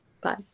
Bye